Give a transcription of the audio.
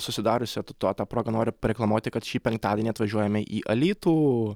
susidariusią to ta proga noriu pareklamuoti kad šį penktadienį atvažiuojame į alytų